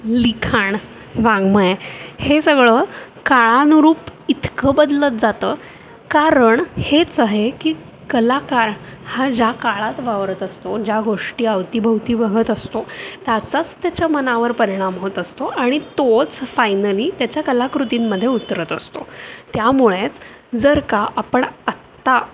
लिखाण वाङ्मय हे सगळं काळानुरूप इतकं बदलत जातं कारण हेच आहे की कलाकार हा ज्या काळात वावरत असतो ज्या गोष्टी अवतीभवती बघत असतो त्याचाच त्याच्या मनावर परिणाम होत असतो आणि तोच फायनली त्याच्या कलाकृतींमध्ये उतरत असतो त्यामुळेच जर का आपण आत्ता